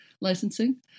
licensing